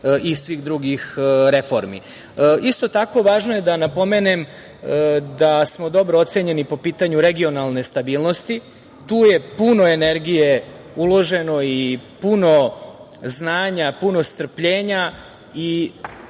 i svih drugih reformi. Isto tako važno je da napomenem, da smo dobro ocenjeni po pitanju regionalne stabilnosti, tu je puno energije uloženo i puno znanja, puno strpljenja i